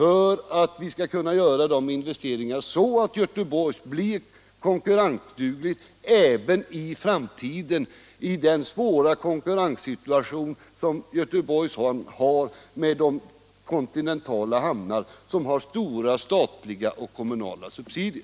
På så sätt kan Göteborgs hamn i framtiden bli konkurrensduglig trots den svåra situation som hamnen har i konkurrensen med de kontinentala hamnar som har stora statliga och kommunala subsidier.